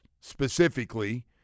specifically